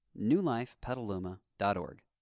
newlifepetaluma.org